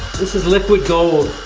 this is liquid gold.